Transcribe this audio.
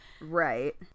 Right